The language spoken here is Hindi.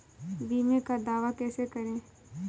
बीमे का दावा कैसे करें?